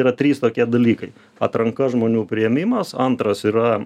yra trys tokie dalykai atranka žmonių priėmimas antras yra